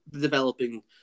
developing